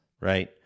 right